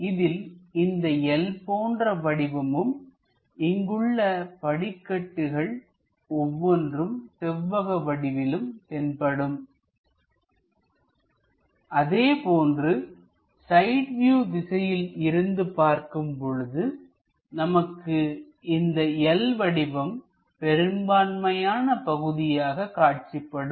அதில் இந்த L போன்ற வடிவமும்இங்குள்ள படிக்கட்டுகள் ஒவ்வொன்றும் செவ்வக வடிவிலும் தென்படும் அதேபோன்று சைட் வியூ திசையில் இருந்து பார்க்கும் பொழுது நமக்கு இந்த L வடிவம் பெரும்பான்மையான பகுதியாக காட்சிப்படும்